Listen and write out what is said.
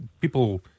People